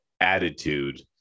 attitude